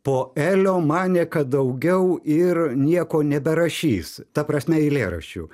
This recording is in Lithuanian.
po elio manė kad daugiau ir nieko neberašys ta prasme eilėraščių